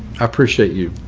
appreciate you.